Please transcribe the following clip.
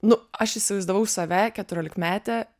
nu aš įsivaizdavau save keturiolikmetę